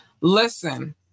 Listen